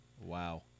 Wow